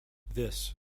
this